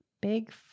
Big